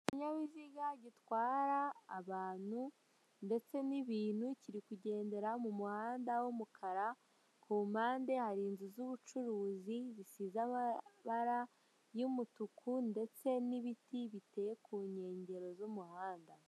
Ikinyabiziga gitwara abantu ndetse n'ibintu kiri kugendera mu muhanda w'umukara ku mpande hari inzu z'ubucuruzi zisize amabara y'umutuku ndetse n'ibiti biteye ku nkengero z'umuhanda.